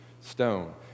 stone